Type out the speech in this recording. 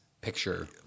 picture